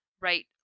right